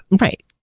Right